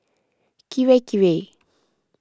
Kirei Kirei